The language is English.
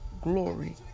glory